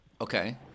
Okay